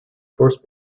first